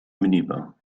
minibar